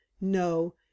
No